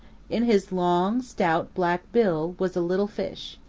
in his long, stout, black bill was a little fish.